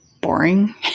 boring